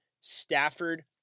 Stafford